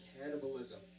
cannibalism